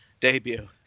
debut